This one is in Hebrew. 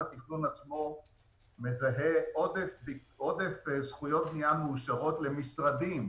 התכנון עצמו מזהה עודף זכויות בנייה מאושרות למשרדים,